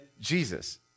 Jesus